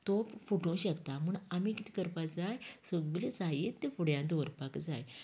तोप फुटोंक शकता म्हूण आमी कितें करपाक जाय सगळें साहित्य फुड्यांत दवरपाक जाय